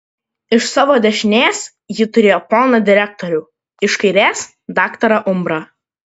iš savo dešinės ji turėjo poną direktorių iš kairės daktarą umbrą